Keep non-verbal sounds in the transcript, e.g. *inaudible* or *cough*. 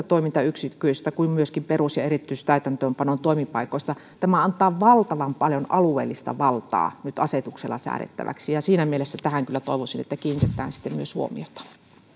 *unintelligible* toimintayksiköistä ja myöskin perus ja erityistäytäntöönpanon toimipaikoista tämä antaa valtavan paljon alueellista valtaa nyt asetuksella säädettäväksi ja siinä mielessä kyllä toivoisin että myös tähän kiinnitetään sitten huomiota